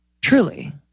Truly